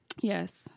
Yes